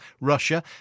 Russia